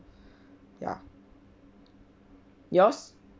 ya yours